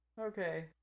okay